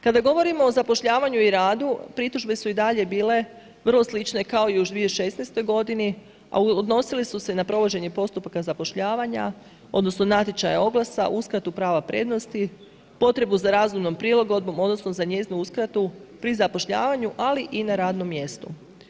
Kada govorimo o zapošljavanju i radu, pritužbe su i dalje bile vrlo slične kao i u 2016. godini, a odnosile su se na provođenje postupaka zapošljavanja, odnosno natječaja oglasa, uskratu prava prednosti, potrebu za razumnom prilagodbom, odnosno za njezinu uskratu pri zapošljavanju, ali i na radnom mjestu.